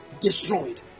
destroyed